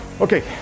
Okay